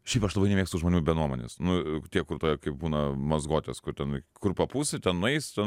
šiaip aš labai nemėgstu žmonių be nuomonės nu tie kur tokie kai būna mazgotės kur ten kur papūsi ten nueis ten